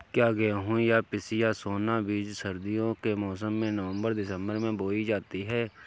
क्या गेहूँ या पिसिया सोना बीज सर्दियों के मौसम में नवम्बर दिसम्बर में बोई जाती है?